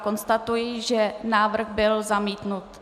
Konstatuji, že návrh byl zamítnut.